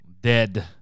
dead